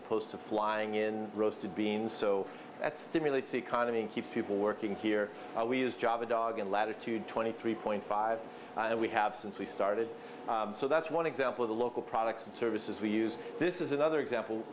opposed to flying in roasted beans so that stimulates the economy and keeps people working here we use java dog and latitude twenty three point five and we have since we started so that's one example of the local products and services we use this is another example